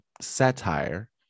satire